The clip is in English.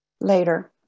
Later